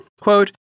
quote